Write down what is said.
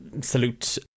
salute